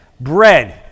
bread